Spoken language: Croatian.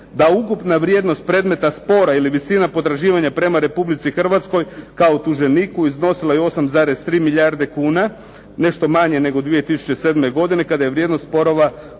da ukupna vrijednost predmeta spora ili visina potraživanja prema Republici Hrvatskoj kao optuženiku iznosila je 8,3 milijarde kuna, nešto manje nego 2007. godine, kada je vrijednost sporova u kojima